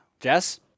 Jess